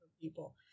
people